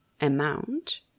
amount